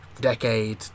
decade